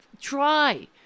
try